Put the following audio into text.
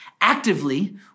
actively